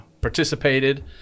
participated